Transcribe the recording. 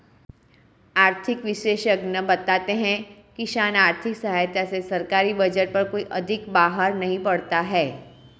आर्थिक विशेषज्ञ बताते हैं किसान आर्थिक सहायता से सरकारी बजट पर कोई अधिक बाहर नहीं पड़ता है